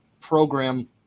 program